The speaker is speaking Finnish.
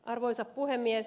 arvoisa puhemies